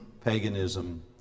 paganism